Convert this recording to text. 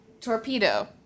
Torpedo